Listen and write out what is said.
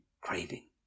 craving